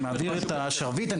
אתה